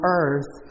earth